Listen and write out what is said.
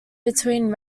between